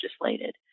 legislated